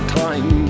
time